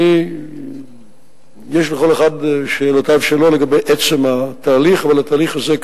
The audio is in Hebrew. אני גם הוספתי בדיון הזה שאני